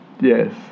yes